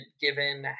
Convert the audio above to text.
given